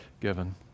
given